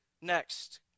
Next